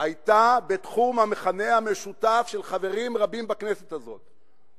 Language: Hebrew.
היתה בתחום המכנה המשותף של חברים רבים בכנסת הזאת,